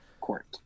court